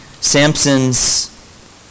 Samson's